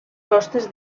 costes